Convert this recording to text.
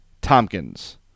Tompkins